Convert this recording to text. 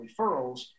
referrals